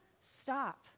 stop